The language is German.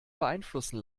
beeinflussen